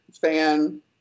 fan